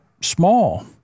small